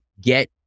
get